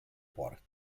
port